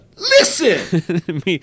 listen